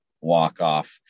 walk-off